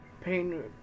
pain